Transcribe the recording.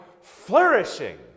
flourishing